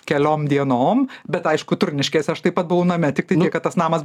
keliom dienom bet aišku turniškėse aš taip pat buvau name tik kad tas namas